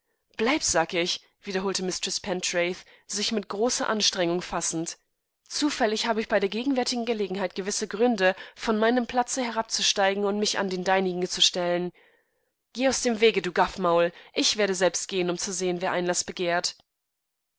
bleib betseybleib ichwolltebloßgehenunddastoröffnen sagtebetseyerstaunt bleib sagich wiederholtemistreßpentreath sichmitgroßeranstrengungfassend zufällig habe ich bei der gegenwärtigen gelegenheit gewisse gründe von meinem platze herabzusteigen und mich an den deinigen zu stellen geh aus dem wege du gaffmaul ichwerdeselbstgehen umzusehen wereinlaßbegehrt